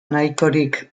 nahikorik